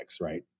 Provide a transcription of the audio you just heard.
right